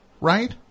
right